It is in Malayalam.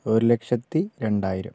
ഒരുലക്ഷത്തി രണ്ടായിരം